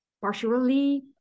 partially